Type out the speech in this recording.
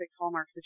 Hallmark